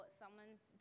someone's